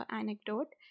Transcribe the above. anecdote